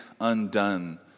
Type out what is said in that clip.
undone